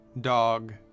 dog